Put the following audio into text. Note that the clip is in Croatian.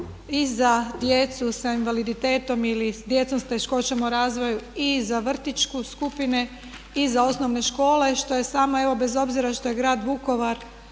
i za djecu sa invaliditetom ili s djecom s teškoćama u razvoju i za vrtićku skupine i za osnovne škole što je samo evo bez obzira što je grad Vukovar